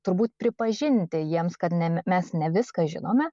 turbūt pripažinti jiems kad ne mes ne viską žinome